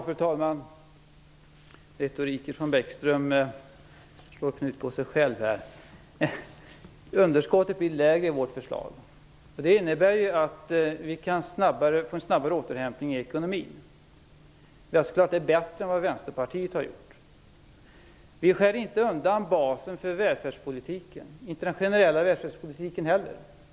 Fru talman! Lars Bäckströms retorik slår knut på sig själv här. Underskottet blir lägre med vårt förslag. Det innebär att vi kan få en snabbare återhämtning i ekonomin. Jag tror att det är bättre än det Vänsterpartiet har gjort. Vi skär inte av basen för välfärdspolitiken, inte den generella välfärdspolitiken heller.